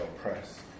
Press